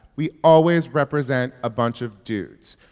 we always represent a bunch of dudes.